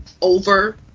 over